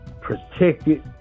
protected